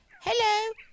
Hello